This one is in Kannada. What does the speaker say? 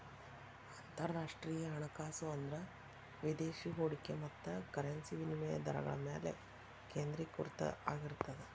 ಅಂತರರಾಷ್ಟ್ರೇಯ ಹಣಕಾಸು ಅಂದ್ರ ವಿದೇಶಿ ಹೂಡಿಕೆ ಮತ್ತ ಕರೆನ್ಸಿ ವಿನಿಮಯ ದರಗಳ ಮ್ಯಾಲೆ ಕೇಂದ್ರೇಕೃತ ಆಗಿರ್ತದ